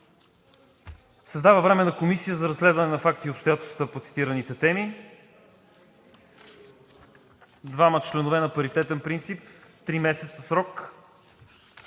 Създава Временна комисия за разследване на факти и обстоятелства по цитираните теми – двама членове на паритетен принцип, три месеца срок